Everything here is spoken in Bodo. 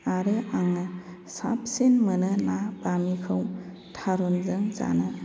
आरो आङो साबसिन मोनो ना बामिखौ थारुनजों जानो